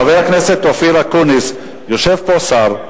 חבר הכנסת אופיר אקוניס, יושב פה שר,